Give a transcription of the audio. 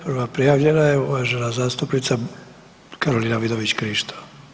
Prva prijavljena je uvažena zastupnica Karolina Vidović Krišto.